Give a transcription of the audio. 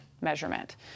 measurement